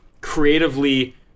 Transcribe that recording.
creatively